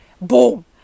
Boom